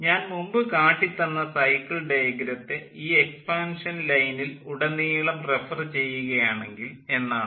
ഞാൻ മുമ്പു കാട്ടിത്തന്ന സൈക്കിൾ ഡയഗ്രത്തെ ഈ എക്സ്പാൻഷൻ ലൈനിൽ ഉടനീളം റഫർ ചെയ്യുക ആണെങ്കിൽ എന്നാണ്